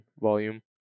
volume